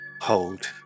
Hold